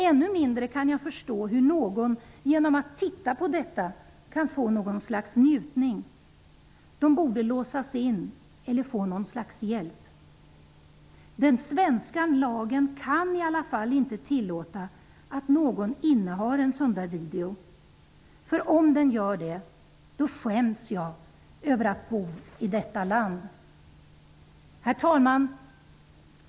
Ännu mindre kan jag förstå hur någon genom att titta på detta kan få något slags njutning. De borde låsas in eller få något slags hjälp. Den svenska lagen kan i alla fall inte tillåta att någon innehar en sådan där video, för om den gör det, då skäms jag över att bo i detta land. Herr talman!